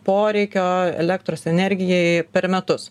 poreikio elektros energijai per metus